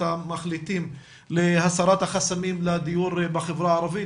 המחליטים להסרת החסמים לדיור בחברה הערבית,